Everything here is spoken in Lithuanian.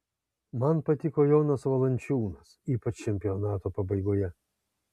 man patiko jonas valančiūnas ypač čempionato pabaigoje